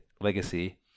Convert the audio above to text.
legacy